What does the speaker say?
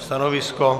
Stanovisko?